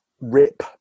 rip